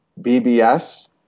bbs